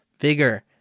vigor